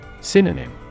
Synonym